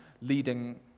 leading